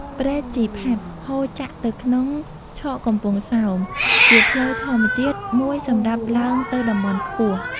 ព្រែកជីផាត ហូរចាក់ទៅក្នុងឆកកំពង់សោម ជាផ្លូវធម្មជាតិមួយសម្រាប់ឡើងទៅតំបន់ខ្ពស់។